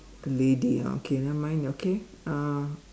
the lady ah okay nevermind okay uh